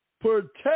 protect